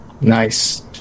Nice